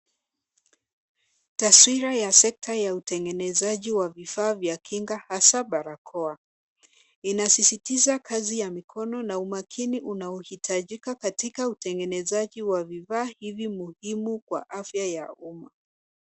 Taswira ya sekta ya utengenezaji wa vifaa vya kinga hasa barakoa. Inasisitiza kazi ya mikono na umakini unaohitajika katika utengenezaji wa vifaa hivi muhimu kwa afya ya umma.